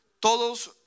todos